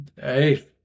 hey